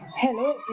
Hello